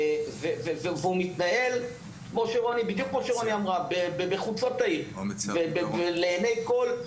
והוא מתנהל בחוצות העיר ולעיני כול,